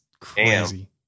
crazy